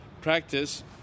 practice